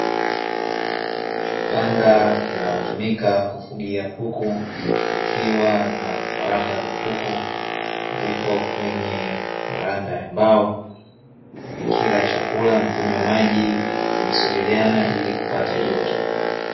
Banda linalotumika kufugia kuku likiwa na vifaranga vya kuku vipo kwenye maranda ya mbao. Vikila chakula na kunywa maji vikisongeleana ili kupata joto.